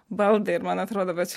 baldai man atrodo va čia